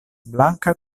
blanka